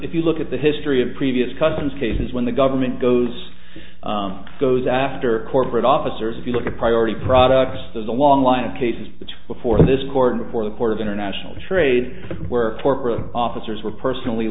if you look at the history of previous customs cases when the government goes goes after corporate officers if you look at priority products there's a long line of cases which before this court before the court of international trade where corporate officers were personally